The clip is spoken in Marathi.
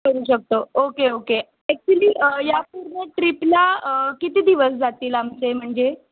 करू शकतो ओके ओके ॲक्चुली या पूर्ण ट्रीपला किती दिवस जातील आमचे म्हणजे